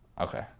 okay